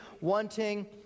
wanting